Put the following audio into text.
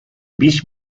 beach